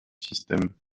système